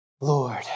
Lord